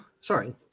sorry